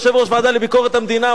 יושב-ראש הוועדה לביקורת המדינה,